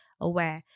aware